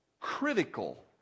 critical